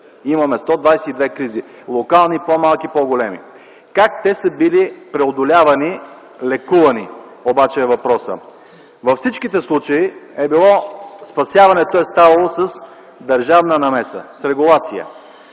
имало 122 кризи – локални, по-малки, по-големи. Как те са били преодолявани и лекувани, обаче е въпросът. Във всички случаи спасяването е ставало с държавна намеса, с регулация.